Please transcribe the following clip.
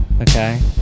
okay